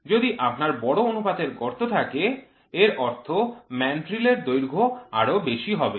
যদি আপনার বড় অনুপাতের গর্ত থাকে এর অর্থ ম্যান্ড্রিল এর দৈর্ঘ্য আরও বেশি হবে